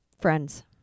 Friends